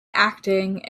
acting